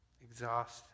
Exhaust